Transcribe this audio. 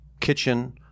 kitchen